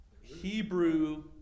Hebrew